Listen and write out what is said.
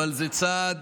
אבל זה צעד